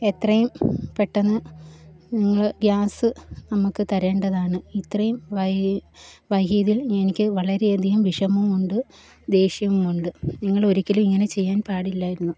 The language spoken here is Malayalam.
എത്രയും പെട്ടെന്ന് നിങ്ങൾ ഗ്യാസ് നമുക്ക് തരേണ്ടതാണ് ഇത്രയും വൈകിയതിൽ എനിക്ക് വളരെയധികം വിഷമമുണ്ട് ദേഷ്യവും ഉണ്ട് നിങ്ങൾ ഒരിക്കലും ഇങ്ങനെ ചെയ്യാൻ പാടില്ലായിരുന്നു